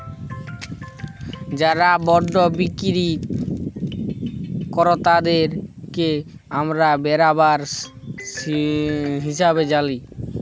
যারা বল্ড বিক্কিরি কেরতাদেরকে আমরা বেরাবার হিসাবে জালি